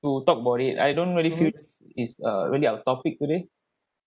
to talk about it I don't really feel this its uh our topic today